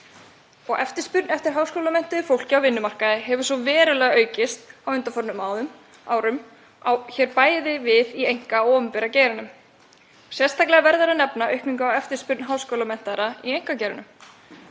Eftirspurn eftir háskólamenntuðu fólki á vinnumarkaði hefur svo verulega aukist á undanförnum árum og á bæði við í einkageiranum og opinbera geiranum. Sérstaklega verður að nefna aukningu á eftirspurn háskólamenntaðra í einkageiranum.